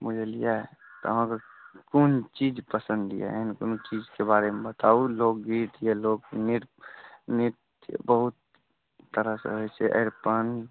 बुझलियै तऽ अहाँके कोन चीज पसन्द यए अहाँ कोनो चीजके बारेमे बताबू लोकगीत या लोकनृत्य नृत्य बहुत तरहसे होइत छै अरिपन